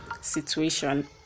situation